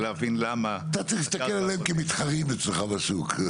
להבין למה הקרקע --- אתה צריך להסתכל עליהם כמתחרים אצלך בשוק.